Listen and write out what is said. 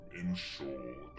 ensure